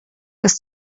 dass